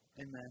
amen